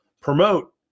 promote